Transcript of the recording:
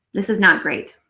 this is not great.